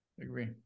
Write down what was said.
agree